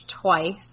twice